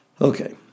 Okay